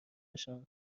نشان